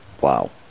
wow